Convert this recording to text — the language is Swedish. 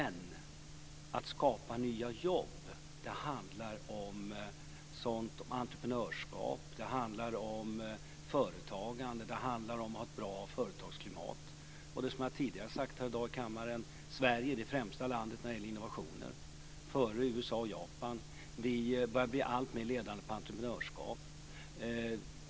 Men att skapa nya jobb handlar om sådant som entreprenörskap och företagande, och det handlar om att ha ett bra företagsklimat. Som jag sade tidigare i dag i kammaren så är Sverige det främsta landet när det gäller innovationer - före USA och Japan. Vi börjar bli alltmer ledande i entreprenörskap.